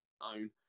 own